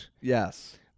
Yes